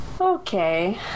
Okay